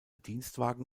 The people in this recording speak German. dienstwagen